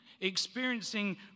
experiencing